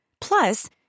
Plus